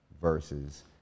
versus